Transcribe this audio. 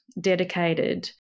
dedicated